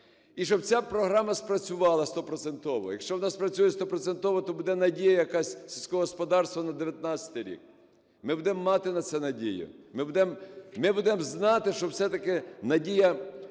і щоб ця програма стопроцентово. Якщо вона спрацює стопроцентово, то буде надія якась сільського господарства на 2019 рік. Ми будемо мати на це надію. Ми будемо знати, що все-таки надія